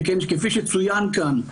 שכן כפי שצוין כאן,